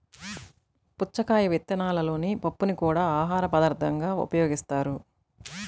పుచ్చకాయ విత్తనాలలోని పప్పుని కూడా ఆహారపదార్థంగా ఉపయోగిస్తారు